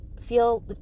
feel